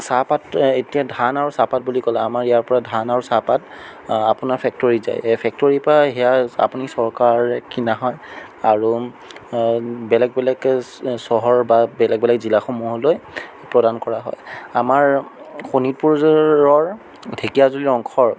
চাহপাত এতিয়া ধান আৰু চাহপাত বুলি ক'লে আমাৰ ইয়াৰ পৰা ধান আৰু চাহপাত আপোনাৰ ফেক্টৰীত যায় ফেক্টৰীৰ পৰা সেয়া আপুনি চৰকাৰৰে কিনা হয় আৰু বেলেগ বেলেগ চহৰ বা বেলেগ বেলেগ জিলাসমূহলৈ প্ৰদান কৰা হয় আমাৰ শোণিতপুৰৰ ঢেকীয়াজুলিৰ অংশৰ